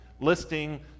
listing